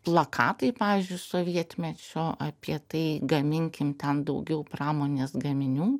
plakatai pavyzdžiui sovietmečiu apie tai gaminkime tam daugiau pramonės gaminių